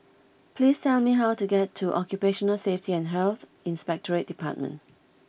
please tell me how to get to Occupational Safety and Health Inspectorate Department